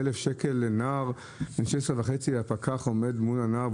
1,000 שקל לנער בן 16.5. הפקח עומד מול הנער,